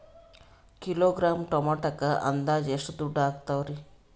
Kilogram ಟೊಮೆಟೊಕ್ಕ ಅಂದಾಜ್ ಎಷ್ಟ ದುಡ್ಡ ಅಗತವರಿ?